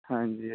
ਹਾਂਜੀ